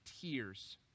tears